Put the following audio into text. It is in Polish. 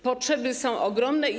Potrzeby są ogromne.